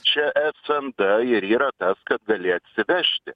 čia es em d ir yra tas kad gali atsivežti